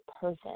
person